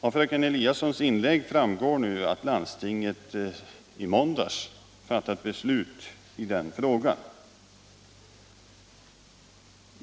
Av fröken Eliassons inlägg framgår nu att landstinget i måndags fattat beslut i frågan.